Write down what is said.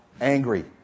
angry